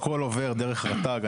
הכול עובר דרך רט"ג.